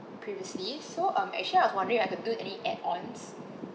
previously so um actually I was wondering I could any add ons